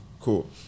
cool